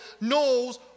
knows